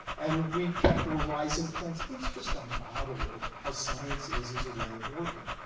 and we kept revising plans. it's just a model of how science is, as a way of working.